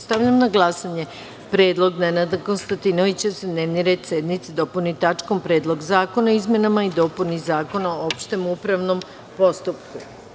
Stavljam na glasanje predlog narodnog poslanika Nenada Konstantinovića da se dnevni red sednice dopuni tačkom - Predlog zakona o izmenama i dopuni Zakona o opštem upravnom postupku.